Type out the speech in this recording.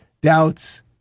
doubts